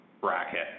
bracket